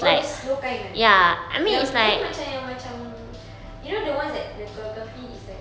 oh the slow kind ah yang ni macam yang macam you know the ones that the choreography is like